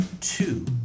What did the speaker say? Two